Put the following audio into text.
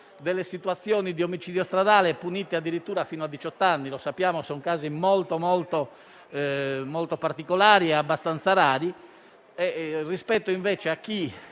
Grazie